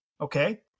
Okay